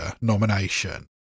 nomination